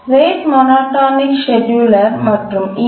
rate monotonic ஸ்கேட்யூலரைப் மற்றும் ஈ